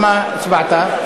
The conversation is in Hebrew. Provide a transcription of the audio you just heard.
התשע"ד 2013,